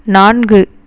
நான்கு